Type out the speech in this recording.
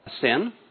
sin